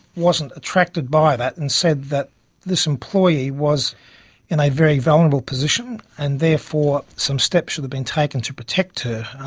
wasn't attracted by that and said that this employee was in a very vulnerable position and therefore some steps should've been taken to protect her,